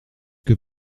que